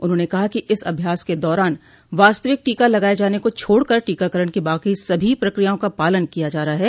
उन्होंने कहा कि इस अभ्यास के दौरान वास्तविक टीका लगाये जाने को छोड़कर टीकाकरण को बाको सभी प्रक्रियाओं का पालन किया जा रहा है